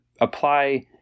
apply